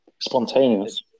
Spontaneous